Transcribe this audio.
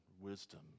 wisdom